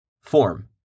form